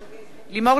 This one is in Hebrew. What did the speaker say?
נגד